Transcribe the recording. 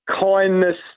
kindness